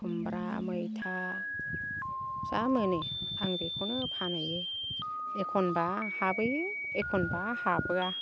खुमब्रा मैथा जा मोनो आं बिखौनो फानैयो एखनबा हाबोयो एखनबा हाबोया